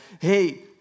hey